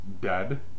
dead